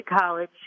college